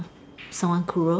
someone cruel